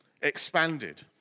expanded